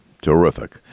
Terrific